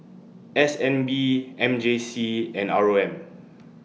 S N B M J C and R O M